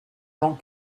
gens